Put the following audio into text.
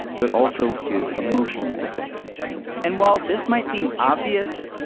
but also his emotional state and while this might seem obvious,